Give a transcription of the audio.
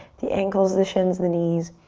the ankles, the shins, the knees,